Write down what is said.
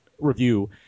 review